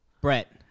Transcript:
Brett